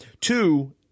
Two